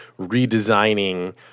redesigning